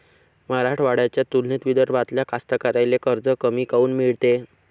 मराठवाड्याच्या तुलनेत विदर्भातल्या कास्तकाराइले कर्ज कमी काऊन मिळते?